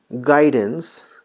guidance